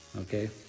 Okay